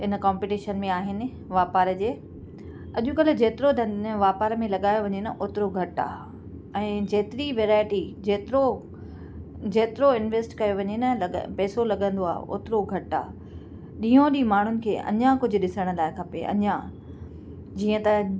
इन कॉम्पिटीशन में आहिनि वापार जे अॼकल्ह जेतिरो धन वापार में लॻायो वञे न ओतिरो घटि आहे ऐं जेतिरी वैराइटी जेतिरो जेतिरो इनवेस्ट कयो वञे न पेसो लॻंदो आहे ओतिरो घटि आहे ॾींहो ॾींहुं माण्हुनि खे अञा कुझु ॾिसणु लाइ खपे अञा जीअं त